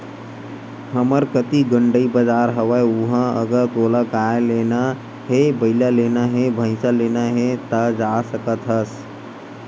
हमर कती गंड़ई बजार हवय उहाँ अगर तोला गाय लेना हे, बइला लेना हे, भइसा लेना हे ता जा सकत हस